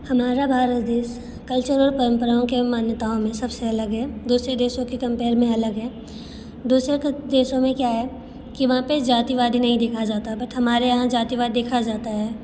हमारा भारत देश कल्चरल परंपराओं के मान्यताओं में सब से अलग है दूसरी देशों के कंपेयर में अलग है दूसरे देशों में क्या है कि वहाँ पर जातिवाद नहीं देखा जाता बट हमारे यहाँ जातिवाद देखा जाता है